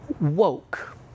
woke